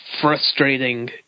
frustrating